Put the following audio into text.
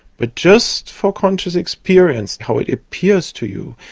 but just for conscious experience, how it appears to you,